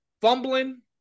fumbling